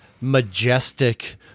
majestic